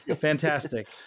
Fantastic